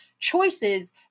choices